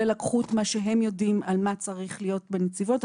ולקחו את מה שהם יודעים על מה צריך להיות בנציבות.